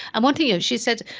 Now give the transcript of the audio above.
and one thing is, she said,